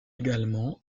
également